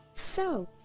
so,